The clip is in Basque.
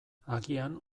agian